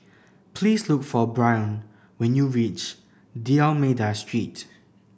please look for Brion when you reach D'Almeida Street